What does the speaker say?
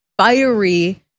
fiery